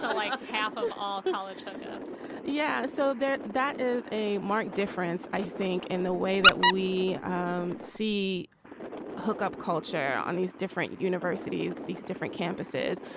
so like half of all college hookups yeah. so there that is a marked difference, i think, in the way that we um see hookup culture on these different universities, these different campuses.